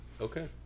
Okay